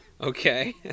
Okay